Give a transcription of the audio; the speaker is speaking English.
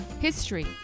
history